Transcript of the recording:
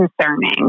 concerning